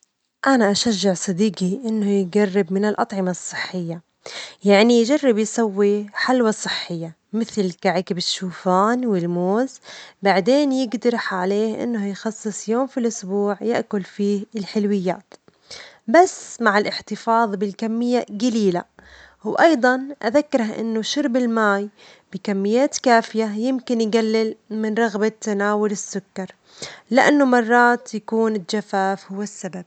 أنا أشجع صديقي إنه يجرب من الأطعمة الصحية، يعني يجرب يسوي حلوى صحية مثل كعك بالشوفان والموز، بعدين بجترح عليه يخصص يوم في الأسبوع يأكل فيه الحلويات، بس مع الاحتفاظ بالكمية جليلة، أيضًا، أذكره إن شرب الماء بكميات كافية يمكن أن يجلل من رغبة تناول السكر؛ لأنه مرات يكون الجفاف هو السبب.